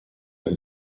del